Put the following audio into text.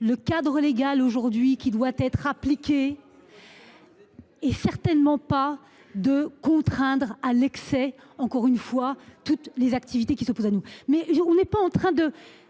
le cadre légal aujourd'hui qui doit être appliqué. Et certainement pas de contraindre à l'excès. Encore une fois toutes les activités qui se pose à nous mais on n'est pas en train de.